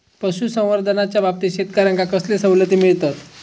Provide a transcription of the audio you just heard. पशुसंवर्धनाच्याबाबतीत शेतकऱ्यांका कसले सवलती मिळतत?